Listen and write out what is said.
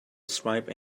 swipe